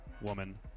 woman